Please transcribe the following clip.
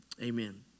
amen